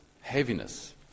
heaviness